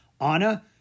Anna